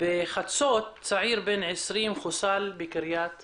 בחצות, צעיר בן 20 חוסל בקרית אתא.